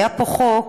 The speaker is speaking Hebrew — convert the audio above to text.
היה פה חוק,